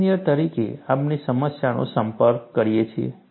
engineers તરીકે આપણે સમસ્યાનો સંપર્ક કરીએ છીએ